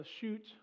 shoot